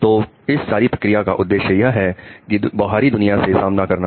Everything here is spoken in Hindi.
तो इस सारी प्रक्रिया का उद्देश्य यह है कि बाहरी दुनिया से सामना करना